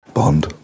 Bond